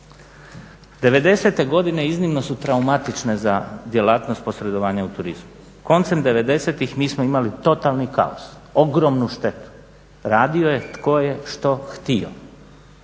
90-e godine iznimno su traumatične za djelatnost posredovanja u turizmu. Koncem 90-ih mi smo imali totalni kaos, ogromnu štetu, radio je tko je što htio.